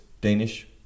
Danish